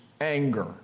anger